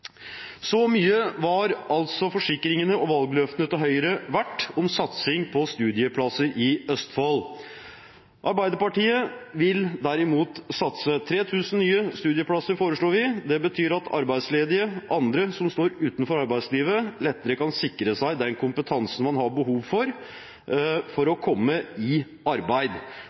Så mye var altså forsikringene og valgløftene til Høyre verdt når det gjelder satsing på studieplasser i Østfold. Arbeiderpartiet vil derimot satse: 3 000 nye studieplasser foreslår vi. Det betyr at arbeidsledige og andre som står utenfor arbeidslivet, lettere kan sikre seg den kompetansen man har behov for, for å komme i arbeid